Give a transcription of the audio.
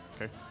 Okay